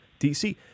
DC